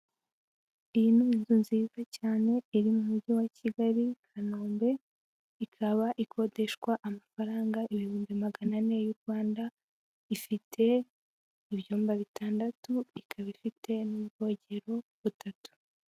Iyi ni inzu nziza cyane iri mu Mujyi wa Kigali Kanombe, ikaba ikodeshwa amafaranga ibihumbi magana ane y'u Rwanda, ifite ibyumba bitandatu, ikaba ifite n'ubwogero butatu.